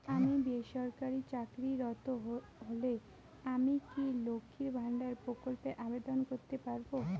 আমি বেসরকারি চাকরিরত হলে আমি কি লক্ষীর ভান্ডার প্রকল্পে আবেদন করতে পারব?